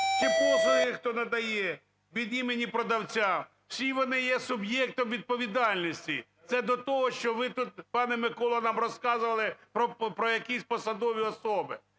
чи послуги хто надає від імені продавця, всі вони є суб'єктом відповідальності. Це до того, що ви тут, пане Миколо, нам розказували про якісь посадові особи.